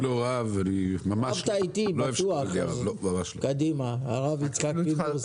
אני לא רב, אני ממש --- קדימה הרב יצחק פינדרוס.